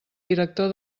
director